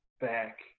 back